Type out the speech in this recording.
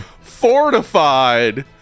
fortified